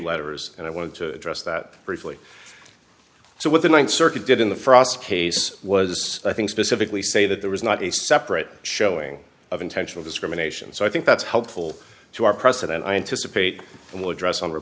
letters and i want to address that briefly so what the ninth circuit did in the frost case was i think specifically say that there was not a separate showing of intentional discrimination so i think that's helpful to our president i anticipate and will address on